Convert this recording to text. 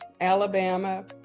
alabama